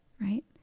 right